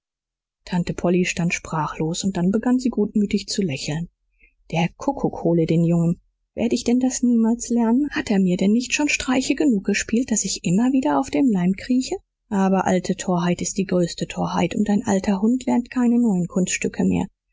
tante polly stand sprachlos dann begann sie gutmütig zu lächeln der kuckuck hole den jungen werde ich denn das niemals lernen hat er mir denn nicht schon streiche genug gespielt daß ich immer wieder auf den leim krieche aber alte torheit ist die größte torheit und ein alter hund lernt keine neuen kunststücke mehr